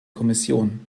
kommission